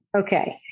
Okay